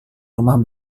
rumah